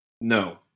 No